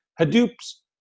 Hadoop's